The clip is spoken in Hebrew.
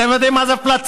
אתם יודעים מה זה פלצבו?